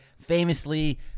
Famously